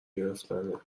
گرفتنه